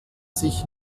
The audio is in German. sich